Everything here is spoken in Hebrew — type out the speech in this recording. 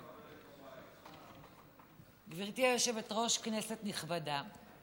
גברתי היושבת-ראש, כנסת נכבדה.